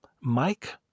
Mike